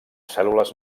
cèl·lules